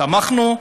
תמכנו,